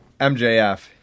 MJF